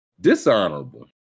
Dishonorable